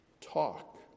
talk